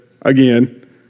again